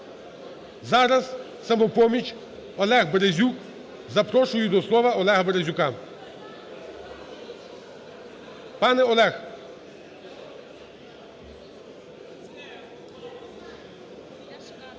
Зараз "Самопоміч", Олег Березюк. Запрошую до слова Олега Березюка. Пане Олег.